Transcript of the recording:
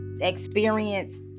experience